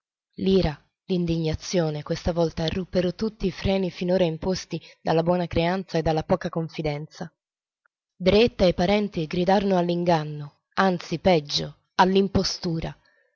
l'ira l'indignazione questa volta ruppero tutti i freni finora imposti dalla buona creanza e dalla poca confidenza dreetta e i parenti gridarono all'inganno anzi peggio all'impostura